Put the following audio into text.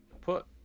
Put